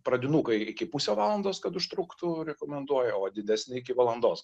pradinukai iki pusė valandos kad užtruktų rekomenduoja o didesni iki valandos